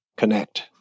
connect